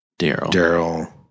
Daryl